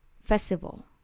festival